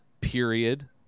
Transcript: period